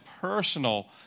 personal